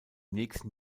nächsten